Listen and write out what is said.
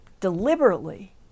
deliberately